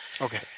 Okay